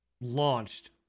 launched